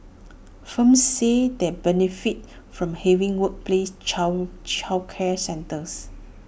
firms said they benefit from having workplace child childcare centres